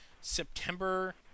September